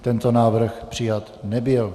Tento návrh přijat nebyl.